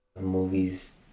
movies